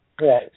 Right